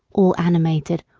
all animated,